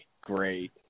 Great